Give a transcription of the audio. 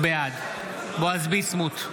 בעד בועז ביסמוט,